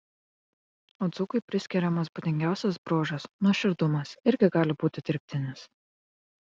o dzūkui priskiriamas būdingiausias bruožas nuoširdumas irgi gali būti dirbtinis